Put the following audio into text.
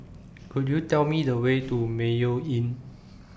Could YOU Tell Me The Way to Mayo Inn